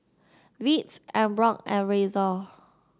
Veets Emborg and Razer